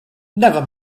never